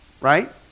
right